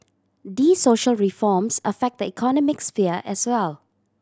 they social reforms affect the economic sphere as well